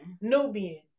Nubian